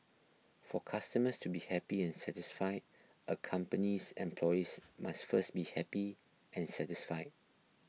for customers to be happy and satisfied a company's employees must first be happy and satisfied